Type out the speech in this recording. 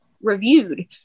reviewed